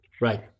Right